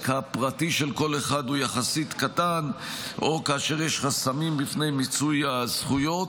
הפרטי של כל אחד הוא יחסית קטן או כאשר יש חסמים בפני מיצוי הזכויות,